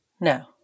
No